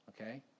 okay